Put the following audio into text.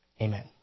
Amen